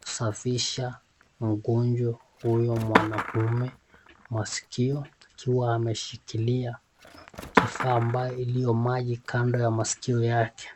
kusafisha mgonjwa huyo mwanaume maskio akiwa ameshikilia kifaa ambayo iliyo maji kando ya masikio yake.